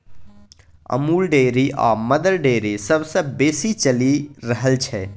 Amul Dairy आ Mother Dairy सबसँ बेसी चलि रहल छै